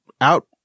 out